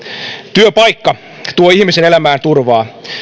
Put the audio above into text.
työpaikka tuo ihmisen elämään turvaa